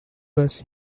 was